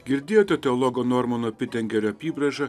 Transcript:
girdėjote teologo normano pitengerio apybraižą